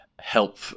help